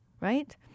Right